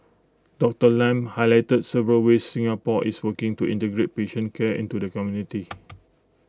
Doctor Lam highlighted several ways Singapore is working to integrate patient care into the community